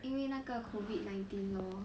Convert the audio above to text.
因为那个 COVID nineteen lor